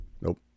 Nope